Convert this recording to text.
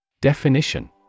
Definition